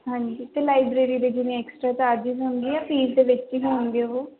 ਹਾਂਜੀ ਅਤੇ ਲਾਈਬ੍ਰੇਰੀ ਦੇ ਜਿਵੇਂ ਐਕਸਟਰਾ ਚਾਰਜਿਸ ਹੋਣਗੇ ਜਾਂ ਫੀਸ ਦੇ ਵਿੱਚ ਹੀ ਹੋਣਗੇ ਉਹ